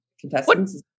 contestants